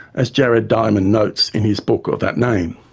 as jared diamond notes in his book of that name.